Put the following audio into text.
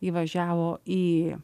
įvažiavo į